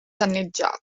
danneggiata